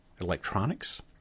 electronics